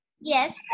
Yes